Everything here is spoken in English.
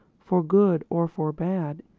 for good or for bad,